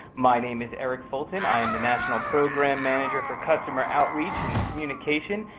my name is eric fulton. i am the national program manager for customer outreach and communication,